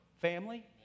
family